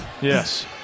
Yes